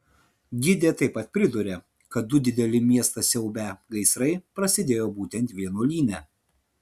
gidė taip pat priduria kad du dideli miestą siaubią gaisrai prasidėjo būtent vienuolyne